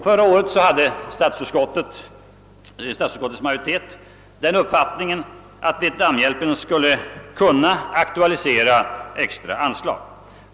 Förra året hade statsutskottets majoritet den uppfattningen, att vietnamhjälpen skulle kunna aktualisera extra anslag.